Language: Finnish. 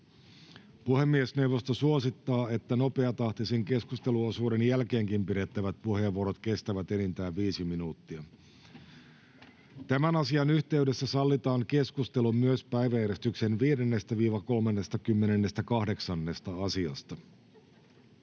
Puhemiesneuvosto suosittaa, että nopeatahtisen keskusteluosuuden jälkeenkin pidettävät puheenvuorot kestävät enintään viisi minuuttia. Tämän asian yhteydessä sallitaan keskustelu myös päiväjärjestyksen 5.—38. asiasta. — Keskustelu, ministeri Purra, olkaa